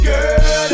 Girl